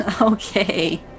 Okay